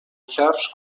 کفش